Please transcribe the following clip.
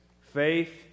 faith